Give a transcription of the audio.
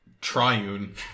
triune